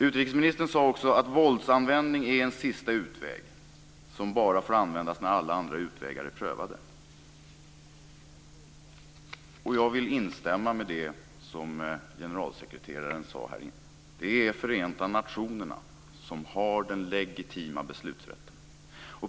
Utrikesministern sade också att våldsanvändning är en sista utväg, som bara får användas när alla andra utvägar är prövade. Jag vill instämma i det som generalsekreteraren sade här: Det är Förenta nationerna som har den legitima beslutsrätten.